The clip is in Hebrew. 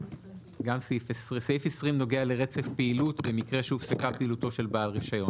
סעיף 20 נוגע לרצף פעילות במקרה שהופסקה פעילותו של בעל רישיון.